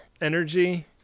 energy